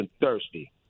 thirsty